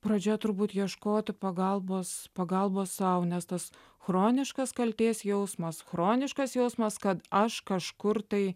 pradžioje turbūt ieškoti pagalbos pagalbos sau nes tas chroniškas kaltės jausmas chroniškas jausmas kad aš kažkur tai